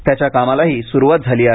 त्याच्या कामालाही सुरुवात झाली आहे